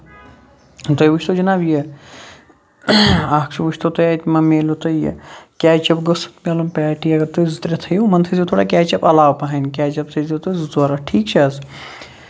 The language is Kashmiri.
تُہۍ وٕچھ تو حِناب یہِ اکھ وٕچھ تو تُہۍ اَتہِ یہِ مہ ملیو تۄہہِ اَتہِ یہِ کیچ اَپ گوٚوھ مِلُن پیٹی اَگر تُہۍ زٕ ترٛےٚ تھٲیو وۄنۍ تھٲے زیو تھوڑا کیچ اَپ علاوٕے پَہن کیچ اَپ تھٲے زیو تُہۍ زٕ ترٛےٚ ٹھیٖک چھےٚ حظ